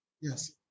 yes